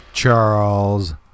Charles